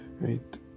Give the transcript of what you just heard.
right